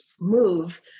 move